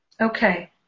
Okay